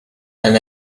and